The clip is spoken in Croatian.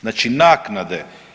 Znači naknade.